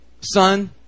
son